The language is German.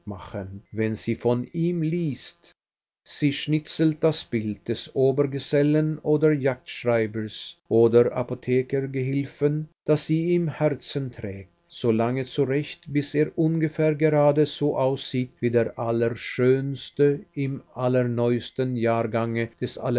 machen wenn sie von ihm liest sie schnitzelt das bild des obergesellen oder jagdschreibers oder apothekergehilfen das sie im herzen trägt so lange zurecht bis er ungefähr gerade so aussieht wie der allerschönste im allerneuesten jahrgange des